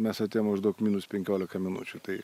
mes atėjom maždaug minus penkiolika minučių tai